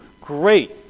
great